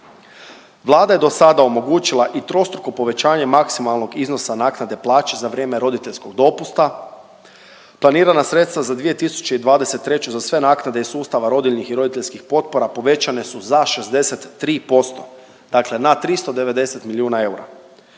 Vlada je dosada omogućila i trostruko povećanje maksimalnog iznosa naknade plaće za vrijeme roditeljskog dopusta. Planirana sredstva za 2023. za sve naknade iz sustava rodiljnih i roditeljskih potpora povećane su za 63%, dakle na 390 milijuna eura.